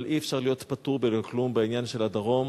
אבל אי-אפשר להיות פטור בלא כלום בעניין של הדרום.